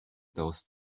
those